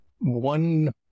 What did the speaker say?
One